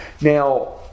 Now